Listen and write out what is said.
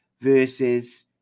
versus